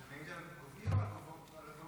זה מעיד על גובהי או על הגובה שלך?